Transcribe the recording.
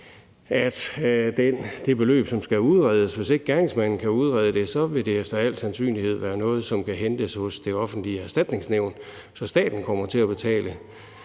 at det beløb, som skal udredes, hvis ikke en gerningsmand kan udrede det, så efter al sandsynlighed vil være noget, som kan hentes hos det offentlige Erstatningsnævn, så staten kommer til at betale.